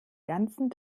ganzen